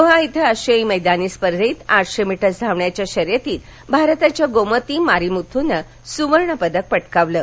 Doha इथेआशियाई मैदानी स्पर्धेत आठशे मीटर्स धावण्याच्या शर्यतीत भारताच्या गोमती मारीमुथूनं सुवर्णपदक पटकावलं आहे